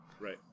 Right